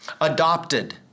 adopted